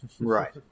Right